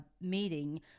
meeting